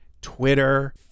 Twitter